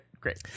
Great